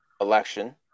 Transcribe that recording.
election